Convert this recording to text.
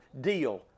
deal